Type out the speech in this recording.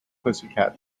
pussycat